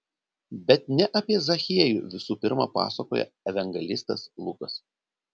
bet ne apie zachiejų visų pirma pasakoja evangelistas lukas